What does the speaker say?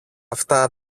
αυτά